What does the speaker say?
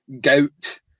gout